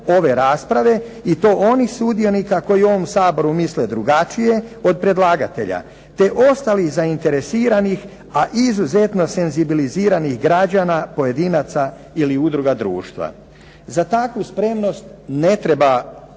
i to onih sudionika koji u ovom Saboru misle drugačije od predlagatelja te ostalih zainteresiranih, a izuzetno senzibiliziranih građana pojedinaca ili udruga društva. Za takvu spremnost ne treba